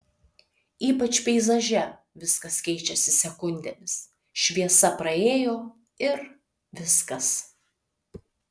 ypač peizaže viskas keičiasi sekundėmis šviesa praėjo ir viskas